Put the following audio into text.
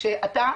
שעבורך,